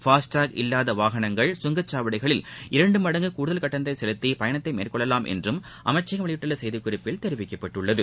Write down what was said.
past talk இல்லாத வாகனங்கள் சுங்கசாவடிகளில் இரண்டு மடங்கு கடுதல் கட்டணத்தை செலுத்தி பயனத்தை மேற்கொள்ளலாம் என்றம் அமைச்சகம் வெளியிட்டுள்ள செய்திக் குறிப்பில் தெரிவிக்கப்பட்டுள்ளது